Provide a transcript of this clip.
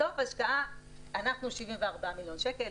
בסוף אנחנו 74 מיליון שקלים,